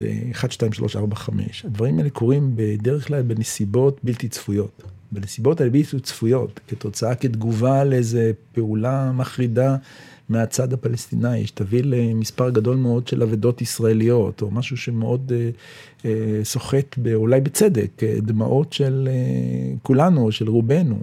אחד, שתיים, שלוש, ארבע, חמש. הדברים האלה קורים בדרך כלל בנסיבות בלתי צפויות. בנסיבות הלביתו צפויות, כתוצאה, כתגובה על איזה פעולה מחרידה מהצד הפלסטיני, שתביא למספר גדול מאוד של עבדות ישראליות, או משהו שמאוד שוחט אולי בצדק, כדמעות של כולנו או של רובנו.